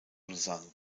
lausanne